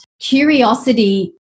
curiosity